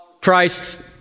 Christ